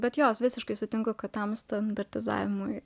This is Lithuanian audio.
bet jos visiškai sutinku kad tam standartizavimui